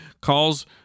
calls